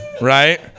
right